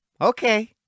Okay